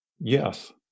Yes